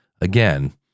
Again